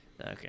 Okay